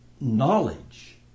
knowledge